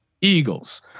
Eagles